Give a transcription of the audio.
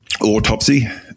autopsy